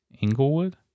inglewood